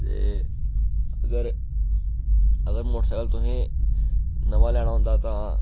ते अगर अगर मोटरसैकल तुसें नमां लैना होंदा तां